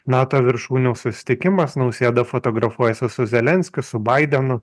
nato viršūnių susitikimas nausėda fotografuojasi su zelenskiu su baidenu